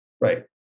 Right